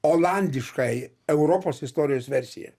olandiškąją europos istorijos versiją